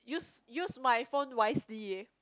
use use my phone wisely